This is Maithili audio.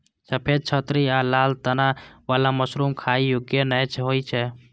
सफेद छतरी आ लाल तना बला मशरूम खाइ योग्य नै होइ छै